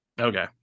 okay